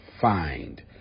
find